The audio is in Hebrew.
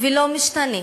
ולא משתנה: